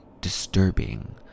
disturbing